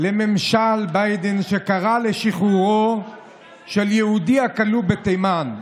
לממשל ביידן, שקרא לשחרורו של יהודי הכלוא בתימן.